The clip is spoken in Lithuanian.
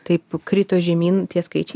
taip krito žemyn tie skaičiai